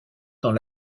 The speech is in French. dans